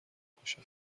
باشد